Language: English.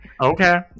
Okay